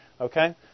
Okay